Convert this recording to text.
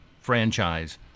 franchise